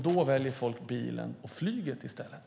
Då väljer folk bilen och flyget i stället.